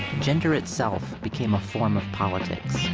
gender itself became a form of politics.